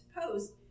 post